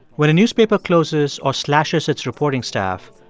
when a newspaper closes or slashes its reporting staff,